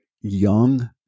young